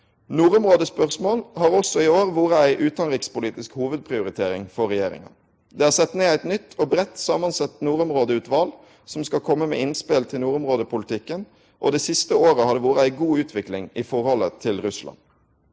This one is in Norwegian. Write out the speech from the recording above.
Nordområdespørsmål har også i år vore ei utanrikspolitisk hovudprioritering for regjeringa. Det er sett ned eit nytt og breitt samansett nordområdeutval som skal komme med innspel til nordområdepolitikken, og det siste året har det vore ei god utvikling i forholdet til Russland.